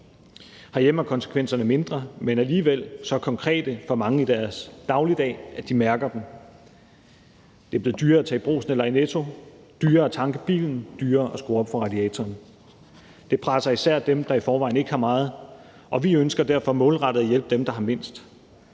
Herhjemme er konsekvenserne mindre, men alligevel så konkrete for mange i deres dagligdag, at de mærker dem. Det er blevet dyrere at tage i Brugsen eller i Netto, dyrere at tanke bilen, dyrere at skrue op for radiatoren. Det presser især dem, der i forvejen ikke har meget, og vi ønsker derfor målrettet at hjælpe dem, der har mindst